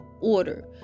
order